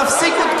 תפסיקו,